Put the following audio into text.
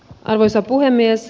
arvoisa puhemies